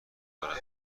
دارد